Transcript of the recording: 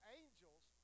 angels